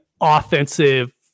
offensive